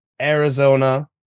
Arizona